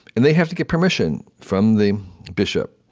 and they have to get permission from the bishop.